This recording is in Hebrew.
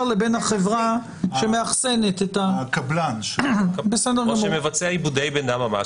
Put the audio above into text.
ההצעה הזאת היא מסובכת דיה וארוכה